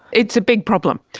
it's a big problem,